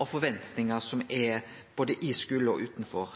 og forventingar som er både i skulen og utanfor.